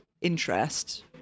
interest